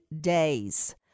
days